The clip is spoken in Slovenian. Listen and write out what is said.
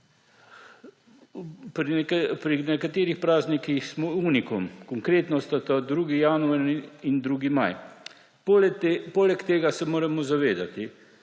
Pri nekaterih praznikih smo unicum, konkretno sta to 2. januar in 2. maj. Poleg tega se moramo zavedati,